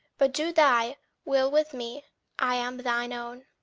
but do thy will with me i am thine own.